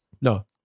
No